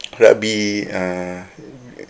rugby err